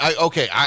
okay